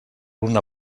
una